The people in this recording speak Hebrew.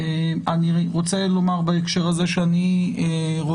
אני רוצה לומר בהקשר הזה שאני רואה